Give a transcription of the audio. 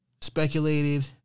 speculated